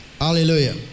Hallelujah